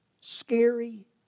scary